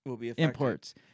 imports